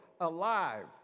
alive